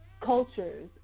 cultures